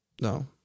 No